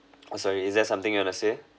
oh sorry is that something you want to say